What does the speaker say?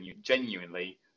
genuinely